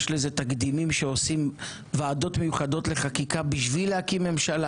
יש לזה תקדימים שעושים ועדות מיוחדות לחקיקה בשביל להקים ממשלה?